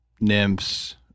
nymphs